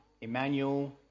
Emmanuel